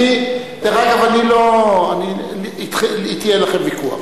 אגב, אתי אין לכם ויכוח.